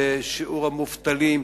בשיעור המובטלים,